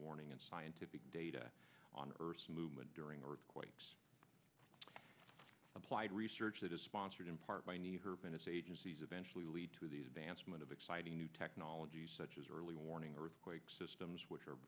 warning and scientific data on earth's movement during earthquakes applied research that is sponsored in part by any herb and its agencies eventually lead to these advancement of exciting new technologies such as early warning earthquake systems which are